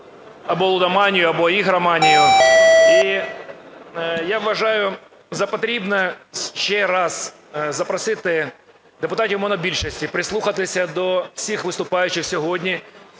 або лудоманію, або ігроманію. І я вважаю за потрібне ще раз запросити депутатів монобільшості прислухатися до всіх виступаючих сьогодні.